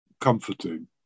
comforting